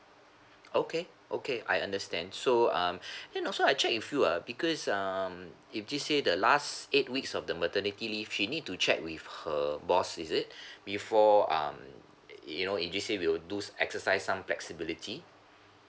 okay okay I understand so um you know so I check with you ah because um if just say the last eight weeks of the maternity leave she need to check with her boss is it before um you know in just say we will do exercise some flexibility